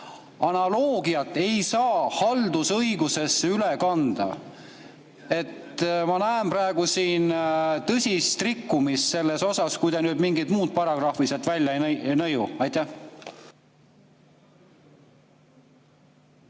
Analoogiat ei saa haldusõigusesse üle kanda. Ma näen praegu siin tõsist rikkumist selles, kui te nüüd mingit muud paragrahvi sealt välja ei nõiu. Aitäh,